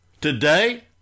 Today